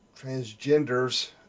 transgenders